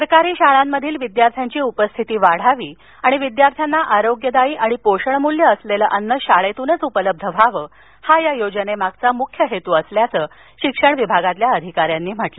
सरकारी शाळांमधील विदयार्थ्यांची उपस्थिती वाढावी आणि विद्यार्थ्यांना आरोग्यदायी आणि पोषणमूल्य असलेलं अन्न शाळेतूनच उपलब्ध व्हावं हा या योजनेमागचा प्रमुख हेतू असल्याचं शिक्षण विभागातील अधिकाऱ्यांनी सांगितलं